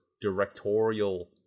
directorial